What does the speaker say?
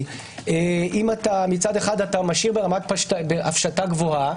כי אם מצד אחד אתה משאיר ברמת הפשטה גבוהה,